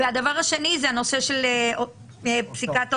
והדבר השני זה הנושא של פסיקת הוצאות.